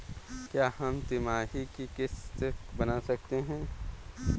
क्या हम तिमाही की किस्त बना सकते हैं?